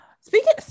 Speaking